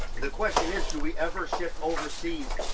the question is do we ever ship overseas,